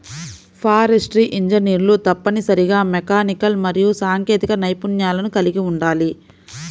forestry ఇంజనీర్లు తప్పనిసరిగా mechanical మరియు సాంకేతిక నైపుణ్యాలను కలిగి ఉండాలి